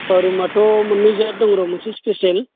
रुमाथ' मोन्नै जाथ दं र' मोनसे स्पिसियेल